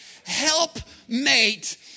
Helpmate